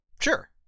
Sure